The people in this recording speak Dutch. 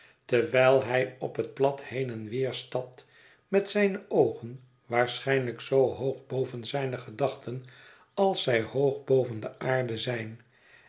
terwijl hij op het plat heen en weer stapt met zijne oogen waarschijnlijk zoo hoog boven zijne gedachten als zij hoog boven de aarde zijn